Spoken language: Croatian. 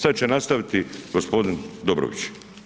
Sada će nastaviti g. Dobrović.